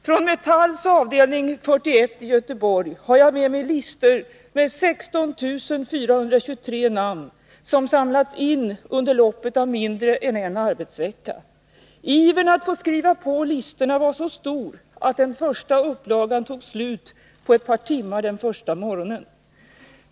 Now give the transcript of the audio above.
Från Metalls avdelning 41 i Göteborg har jag med mig listor med 16 423 namn, som samlats in under loppet av mindre än en arbetsvecka. Ivern att skriva på listorna var så stor att den första upplagan tog slut på ett par timmar den första morgonen.